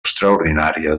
extraordinària